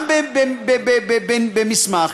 גם במסמך,